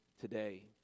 today